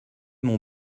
mon